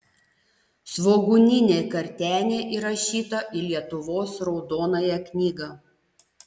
svogūninė kartenė įrašyta į lietuvos raudonąją knygą